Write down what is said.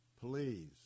Please